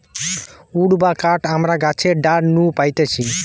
would বা কাঠ আমরা গাছের ডাল নু পাইতেছি